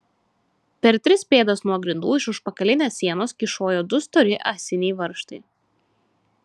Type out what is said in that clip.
per tris pėdas nuo grindų iš užpakalinės sienos kyšojo du stori ąsiniai varžtai